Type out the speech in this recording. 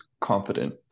confident